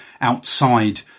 outside